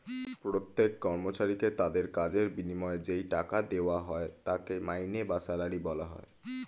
প্রত্যেক কর্মচারীকে তাদের কাজের বিনিময়ে যেই টাকা দেওয়া হয় তাকে মাইনে বা স্যালারি বলা হয়